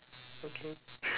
okay